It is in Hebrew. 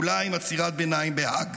אולי עם עצירת ביניים בהאג.